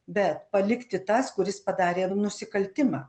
bet palikti tas kuris padarė nusikaltimą